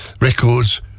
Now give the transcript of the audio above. Records